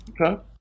Okay